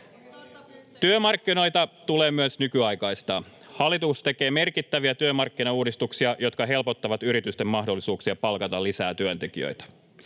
Työmarkkinoita tulee myös nykyaikaistaa. Hallitus tekee merkittäviä työmarkkinauudistuksia, jotka helpottavat yritysten mahdollisuuksia palkata lisää työntekijöitä.